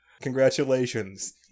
Congratulations